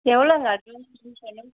எவ்வளோங்க